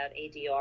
ADR